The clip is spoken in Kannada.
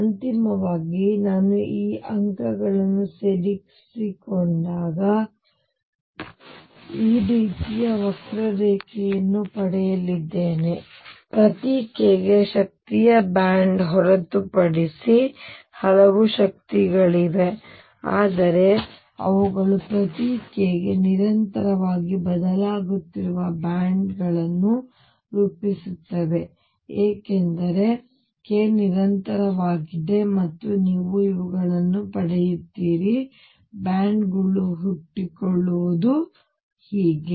ಮತ್ತು ಅಂತಿಮವಾಗಿ ನಾನು ಈ ಅಂಕಗಳನ್ನು ಸೇರಿಕೊಂಡಾಗ ನಾನು ಈ ರೀತಿಯ ವಕ್ರರೇಖೆಯನ್ನು ಪಡೆಯಲಿದ್ದೇನೆ ಅದು ಪ್ರತಿ k ಗೆ ಶಕ್ತಿಯ ಬ್ಯಾಂಡ್ ಹೊರತುಪಡಿಸಿ ಹಲವಾರು ಶಕ್ತಿಗಳಿವೆ ಆದರೆ ಅವುಗಳು ಪ್ರತಿ k ಗೆ ನಿರಂತರವಾಗಿ ಬದಲಾಗುತ್ತಿರುವ ಬ್ಯಾಂಡ್ಗಳನ್ನು ರೂಪಿಸುತ್ತವೆ ಏಕೆಂದರೆ k ನಿರಂತರವಾಗಿದೆ ಮತ್ತು ನೀವು ಇವುಗಳನ್ನು ಪಡೆಯುತ್ತೀರಿ ಬ್ಯಾಂಡ್ಗಳು ಹುಟ್ಟಿಕೊಳ್ಳುವುದು ಹೀಗೆ